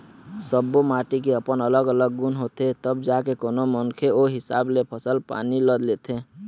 सब्बो माटी के अपन अलग अलग गुन होथे तब जाके कोनो मनखे ओ हिसाब ले फसल पानी ल लेथे